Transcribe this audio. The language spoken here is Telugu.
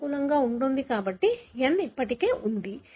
కి అనుకూలంగా ఉంటుంది కాబట్టి N ఇప్పటికే ఉంది